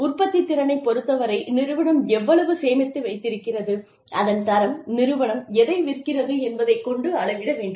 உற்பத்தித்திறனைப் பொறுத்தவரை நிறுவனம் எவ்வளவு சேமித்து வைத்திருக்கிறது அதன் தரம் நிறுவனம் எதை விற்கிறது என்பதைக் கொண்டு அளவிட வேண்டும்